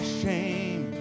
shame